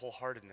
wholeheartedness